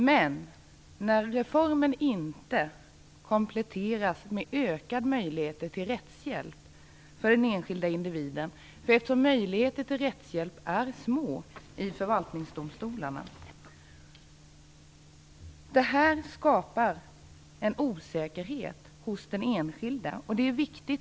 Men när reformen inte kompletteras med ökade möjligheter till rättshjälp för den enskilde individen, och eftersom möjligheterna till rättshjälp är små i förvaltningsdomstolarna, skapar det en osäkerhet hos den enskilde.